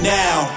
now